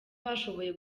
bashoboye